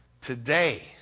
Today